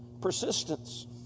Persistence